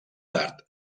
tard